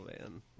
man